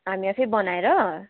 हामी आफै बनाएर